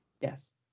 Yes